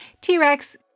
T-Rex